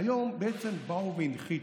היום בעצם באו והנחיתו.